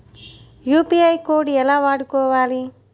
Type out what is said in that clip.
UPI code ఎలా వాడుకోవాలి?